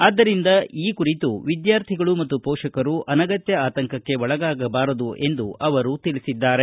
ಆದ್ದರಿಂದ ಈ ಬಗ್ಗೆ ವಿದ್ವಾರ್ಥಿಗಳು ಮತ್ತು ಪೋಷಕರು ಅನಗತ್ಯ ಆತಂಕಕ್ಕೆ ಒಳಗಾಗಬಾರದು ಎಂದು ಅವರು ತಿಳಿಸಿದ್ದಾರೆ